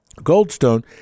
Goldstone